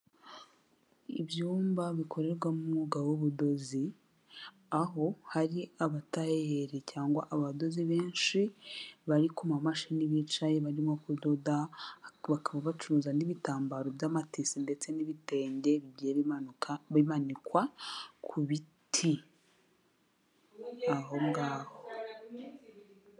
Ibyumba bikorerwamo umwuga w'ubudozi aho hari abatayere cyangwa abadozi benshi bari ku mamashini bicaye barimo kudoda, bakaba bacuruza n'ibitambaro by'amatisi ndetse n'ibitenge bigiye bimanuka, bimanikwa ku biti ahongaho.